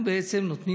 אנחנו נותנים